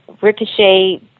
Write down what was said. Ricochet